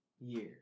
year